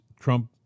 Trump